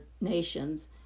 nations